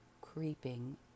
creeping